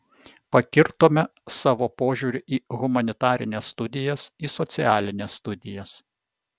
pakirtome savo požiūriu į humanitarines studijas į socialines studijas